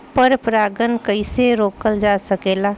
पर परागन कइसे रोकल जा सकेला?